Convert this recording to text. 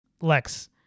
Lex